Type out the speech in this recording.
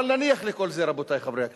אבל נניח לכל זה, רבותי חברי הכנסת.